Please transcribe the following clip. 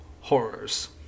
horrors